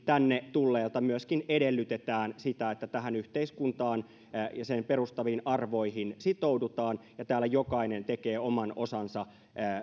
tänne tulleilta myöskin edellytetään sitä että tähän yhteiskuntaan ja sen perustaviin arvoihin sitoudutaan ja täällä jokainen tekee oman osansa